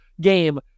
game